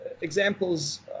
examples